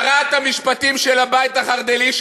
שרת המשפטים של הבית החרד"לי,